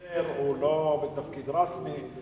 הוא פנסיונר והוא לא בתפקיד רשמי.